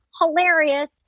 hilarious